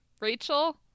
Rachel